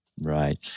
Right